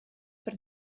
per